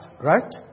right